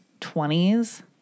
20s